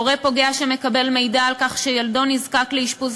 הורה פוגע שמקבל מידע על כך שילדו נזקק לאשפוז